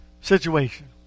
situation